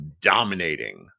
dominating